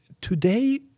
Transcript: today